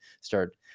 start